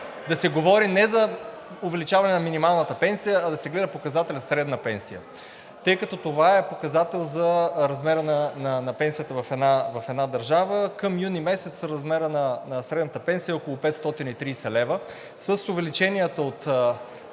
да се говори не за увеличаване на минималната пенсия, а да се гледа показателят средна пенсия, тъй като това е показател за размера на пенсията в една държава. Към юни месец размерът на средната пенсия е около 530 лв. С увеличенията от